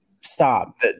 stop